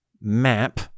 map